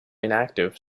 inactive